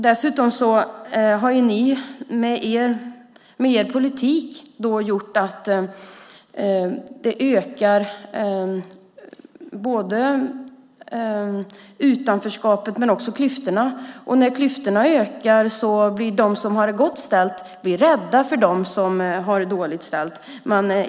Dessutom har ni med er politik gjort att både utanförskapet och klyftorna ökar. När klyftorna ökar blir de som har det gott ställt rädda för dem som har det dåligt ställt.